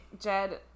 Jed